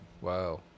Wow